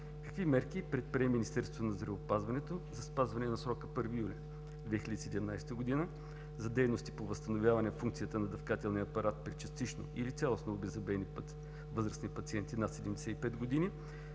какви мерки предприе Министерство на здравеопазването за спазване на срока 1 юли 2017 г. за дейности по възстановяване функцията на дъвкателния апарат при частично или цялостно обеззъбени възрастни пациенти над 75 години,